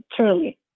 truly